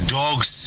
dogs